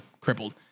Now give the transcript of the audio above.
crippled